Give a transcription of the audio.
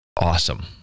awesome